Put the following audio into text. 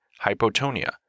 hypotonia